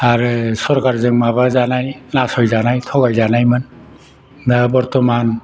आरो सरखारजों माबाजानाय नासयजानाय थगायजानायमोन दा बर्थमान